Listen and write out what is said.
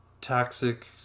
toxic